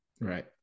Right